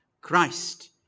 Christ